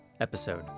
episode